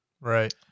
Right